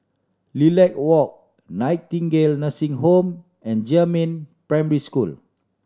Lilac Walk Nightingale Nursing Home and Jiemin Primary School